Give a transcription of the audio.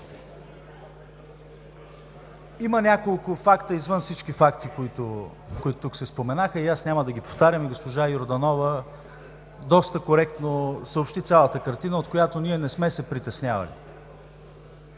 Има няколко факта, извън всички факти, които тук се споменаха, и аз няма да ги повтарям. Госпожа Йорданова доста коректно съобщи цялата картина, от която ние не сме се притеснявали.